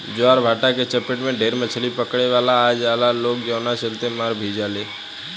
ज्वारभाटा के चपेट में ढेरे मछली पकड़े वाला आ जाला लोग जवना चलते मार भी जाले